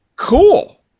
Cool